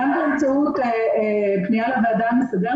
גם באמצעות פנייה לוועדה המסדרת,